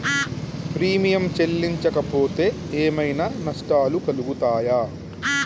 Premium చెల్లించకపోతే ఏమైనా నష్టాలు కలుగుతయా?